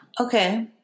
Okay